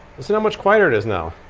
listen how much quieter it is now.